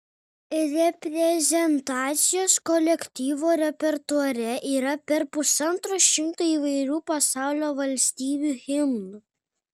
reprezentacinio kolektyvo repertuare yra per pusantro šimto įvairiausių pasaulio valstybių himnų